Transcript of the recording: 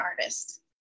artist